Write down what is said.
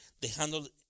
dejando